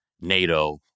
NATO